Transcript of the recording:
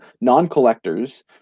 non-collectors